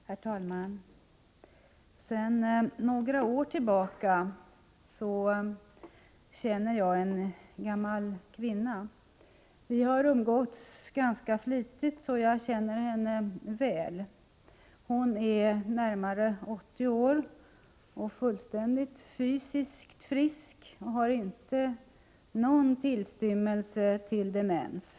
Herr talman! Sedan några år tillbaka känner jag en gammal kvinna. Vi har umgåtts ganska flitigt, så jag känner henne väl. Hon är närmare 80 år och fysiskt fullständigt frisk, och hon har inte någon tillstymmelse till demens.